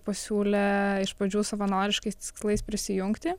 pasiūlė iš pradžių savanoriškais tikslais prisijungti